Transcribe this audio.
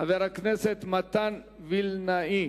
חבר הכנסת מתן וילנאי.